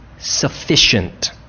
Sufficient